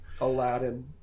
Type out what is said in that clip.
Aladdin